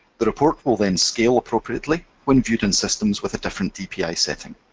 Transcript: the report will then scale appropriately when viewed in systems with a different dpi setting.